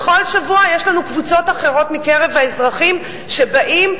בכל שבוע יש לנו קבוצות אחרות מקרב האזרחים שבאים,